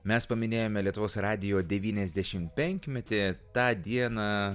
mes paminėjome lietuvos radijo devyniasdešim penkmetį tą dieną